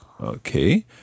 Okay